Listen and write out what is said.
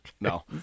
No